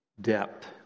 depth